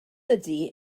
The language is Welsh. ydy